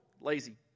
lazy